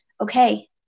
okay